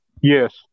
Yes